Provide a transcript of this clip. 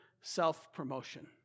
self-promotion